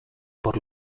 por